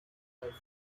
backed